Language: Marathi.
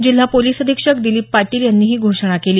जिल्हा पोलिस अधिक्षक दिलीप पाटील यांनी ही घोषणा केली